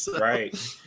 right